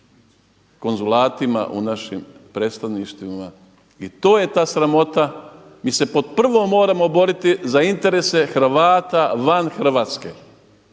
konzulatima, u našim predstavništvima. I to je ta sramota, mi se pod prvo moramo boriti za interese Hrvata van Hrvatske,